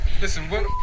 Listen